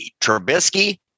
Trubisky